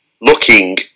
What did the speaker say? looking